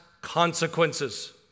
consequences